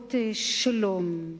נתיבות שלום.